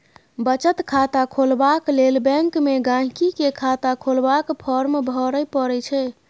बचत खाता खोलबाक लेल बैंक मे गांहिकी केँ खाता खोलबाक फार्म भरय परय छै